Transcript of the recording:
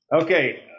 okay